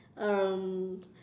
um